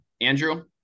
Andrew